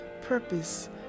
purpose